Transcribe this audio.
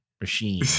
machine